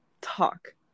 talk